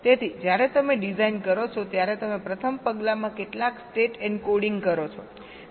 તેથી જ્યારે તમે ડિઝાઇન કરો છો ત્યારે તમે પ્રથમ પગલામાં કેટલાક સ્ટેટ એન્કોડિંગ કરો છો